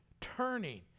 turning